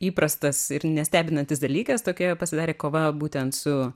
įprastas ir nestebinantis dalykas tokia pasidarė kova būtent su